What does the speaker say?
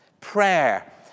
Prayer